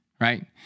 right